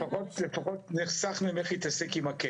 אני מבקש להעיר הערה.